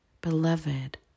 beloved